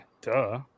duh